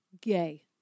gay